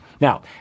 Now